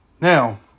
Now